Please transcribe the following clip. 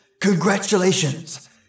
congratulations